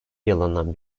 yılından